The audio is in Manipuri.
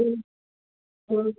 ꯎꯝ ꯎꯝ